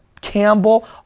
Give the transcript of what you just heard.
Campbell